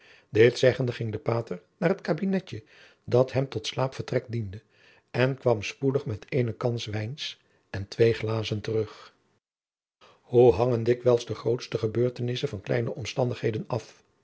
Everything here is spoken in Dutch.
dit zeggende ging de pater naar het kabinetje dat hem tot slaapvertrek diende en kwam spoedig met eene kan wijns en twee glazen terug hoe hangen dikwijls de grootste gebeurtenissen van kleine omstandigheden af